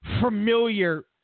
familiar